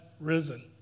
risen